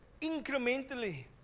incrementally